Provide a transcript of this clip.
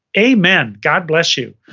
amen, god bless you.